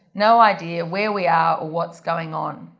no idea where we are, or what's going on.